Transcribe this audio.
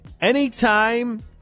anytime